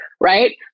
Right